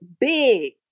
big